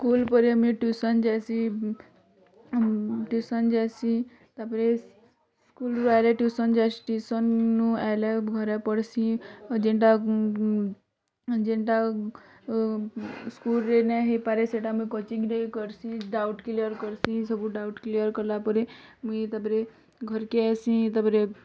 school ପରେ ମୁଇଁ tuition ଯାଏସି ଟିଉସନ୍ ଯାଏସି ତାପରେ ସ୍କୁଲ୍ରୁ ଆଇଲେ ଟିଉସନ୍ ଯାଏସି ଟିଉସନ୍ରୁ ଆଇଲେ ଘରେ ପଢ଼ସିଁ ଆଉ ଜେନ୍ଟା ଯେନ୍ଟା ସ୍କୁଲ୍ରେ ନାଇଁ ହେଇପାରେ ସେଟା ମୁଇଁ କୋଚିଂରେ କର୍ସି ଡ଼ାଉଟ୍ କ୍ଲିୟର୍ କର୍ସି ସବୁ ଡ଼ାଉଟ୍ କ୍ଲିୟର୍ କଲାପରେ ମୁଇଁ ତାପରେ ଘରକେ ଆଏସିଁ ତାପରେ